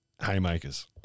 haymakers